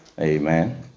Amen